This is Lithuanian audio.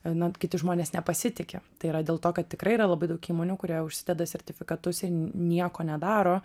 na kiti žmonės nepasitiki tai yra dėl to kad tikrai yra labai daug įmonių kurie užsideda sertifikatus jie nieko nedaro